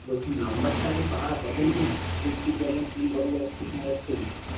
বলছি নম্বরটা আগে পা তবে না দেখবি কেমন কোন কলেজ যাচ্ছিস না যাচ্ছিস